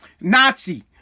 Nazi